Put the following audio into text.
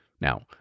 Now